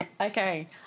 Okay